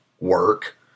Work